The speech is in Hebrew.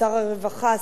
שר הרווחה,